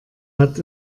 hat